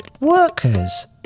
workers